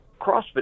CrossFit